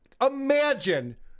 imagine